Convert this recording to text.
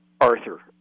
Arthur